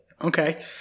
okay